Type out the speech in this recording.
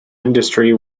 industry